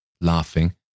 laughing